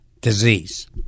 disease